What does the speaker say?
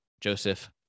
Joseph